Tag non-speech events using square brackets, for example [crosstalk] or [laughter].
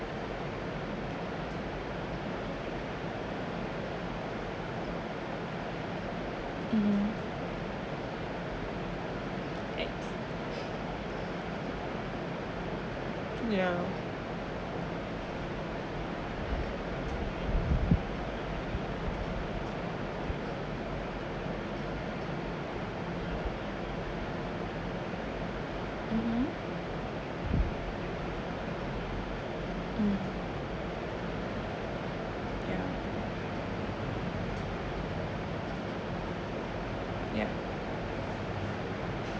mm yeah [breath] mmhmm mm yeah ya